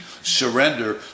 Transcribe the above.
surrender